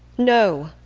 no.